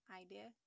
idea